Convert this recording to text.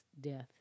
death